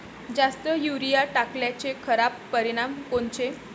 जास्त युरीया टाकल्याचे खराब परिनाम कोनचे?